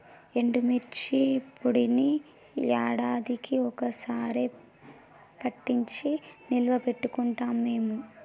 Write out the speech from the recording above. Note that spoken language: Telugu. ఎండుమిర్చి పొడిని యాడాదికీ ఒక్క సారె పట్టించి నిల్వ పెట్టుకుంటాం మేము